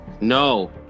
No